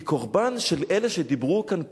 היא קורבן של אלה שדיברו כאן קודם,